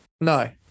No